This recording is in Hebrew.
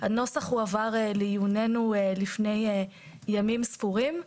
הנוסח הועבר לעיוננו לפני ימים ספורים.